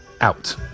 out